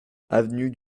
avenue